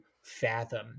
fathom